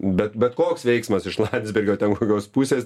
bet bet koks veiksmas iš landsbergio ten kokios pusės